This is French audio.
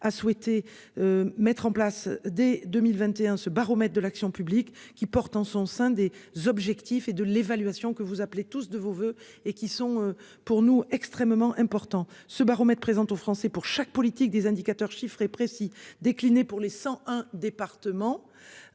a souhaité. Mettre en place dès 2021, ce baromètre de l'action publique qui porte en son sein des objectifs et de l'évaluation que vous appelez tous de vos voeux et qui sont. Pour nous extrêmement important ce baromètre présente aux Français pour chaque politique des indicateurs chiffrés précis décliné pour les 101 départements.